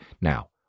Now